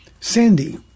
Sandy